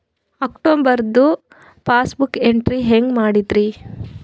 ಅಕ್ಟೋಬರ್ದು passbook entry ಹೆಂಗ್ ಮಾಡದ್ರಿ?